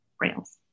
rails